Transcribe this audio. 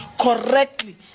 correctly